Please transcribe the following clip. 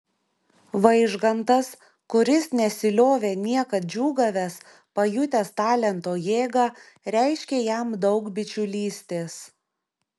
vaižgantas kuris nesiliovė niekad džiūgavęs pajutęs talento jėgą reiškė jam daug bičiulystės